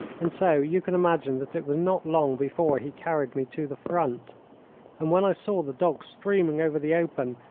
and so you can imagine that it was not long before he carried me to the front. and when i saw the dogs streaming over the open,